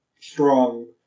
strong